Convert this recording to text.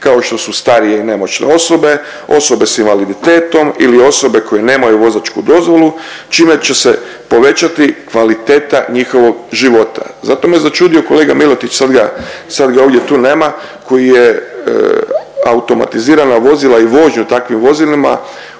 kao što su starije i nemoćne osobe, osobe s invaliditetom ili osobe koje nemaju vozačku dozvolu čime će se povećati kvaliteta njihova života. Zato me začudio kolega Miletić sad ga ovdje tu nema koji je automatizirana vozila i vožnju u takvim vozilima